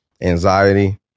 anxiety